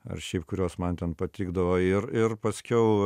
ar šiaip kurios man ten patikdavo ir ir paskiau